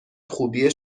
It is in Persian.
خوبی